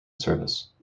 service